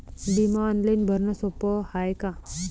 बिमा ऑनलाईन भरनं सोप हाय का?